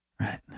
right